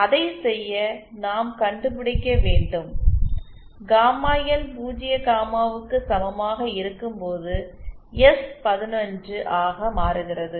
அதைச் செய்ய நாம் கண்டுபிடிக்க வேண்டும் காமா எல் பூஜ்ஜிய காமாவுக்கு சமமாக இருக்கும்போது எஸ்11 ஆக மாறுகிறது